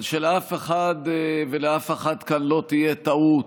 אבל שלאף אחד ולאף אחת כאן לא תהיה טעות: